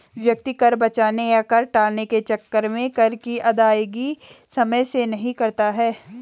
व्यक्ति कर बचाने या कर टालने के चक्कर में कर की अदायगी समय से नहीं करता है